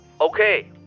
Okay